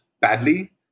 badly